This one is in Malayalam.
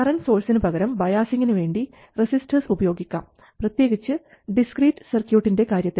കറൻറ് സോഴ്സിനു പകരം ബയാസിംഗിന് വേണ്ടി റെസിസ്റ്റർസ് ഉപയോഗിക്കാം പ്രത്യേകിച്ച് ഡിസ്ക്രീറ്റ് സർക്യൂട്ട്സിൻറെ കാര്യത്തിൽ